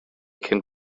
cyn